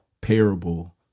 parable